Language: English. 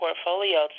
Portfolio